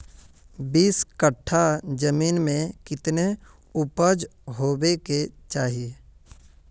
बीस कट्ठा जमीन में कितने उपज होबे के चाहिए?